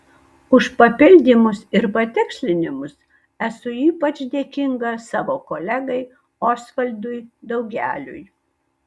už papildymus ir patikslinimus esu ypač dėkinga savo kolegai osvaldui daugeliui